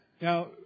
Now